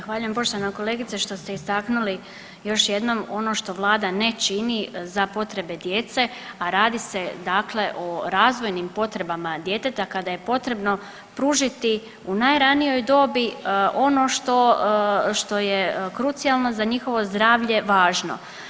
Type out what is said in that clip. Zahvaljujem poštovana kolegice što ste istaknuli još jednom ono što vlada ne čini za potrebe djece, a radi se dakle o razvojnim potrebama djeteta kada je potrebno pružiti u najranijoj dobi ono što, što je krucijalno za njihovo zdravlje važno.